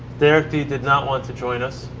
derek d did not want to join us.